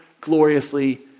gloriously